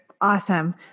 Awesome